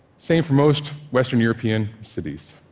same for most western european cities.